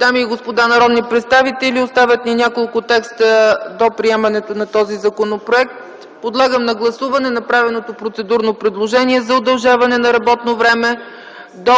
Дами и господа народни представители, остават ни няколко текста до приемането на този законопроект. Подлагам на гласуване направеното процедурно предложение за удължаване на работно време до